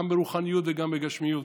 גם ברוחניות וגם בגשמיות.